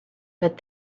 but